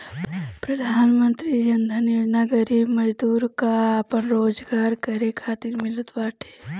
प्रधानमंत्री जन धन योजना गरीब मजदूर कअ आपन रोजगार करे खातिर मिलत बाटे